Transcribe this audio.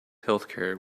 healthcare